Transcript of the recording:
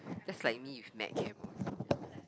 just like me with mad cam